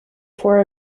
four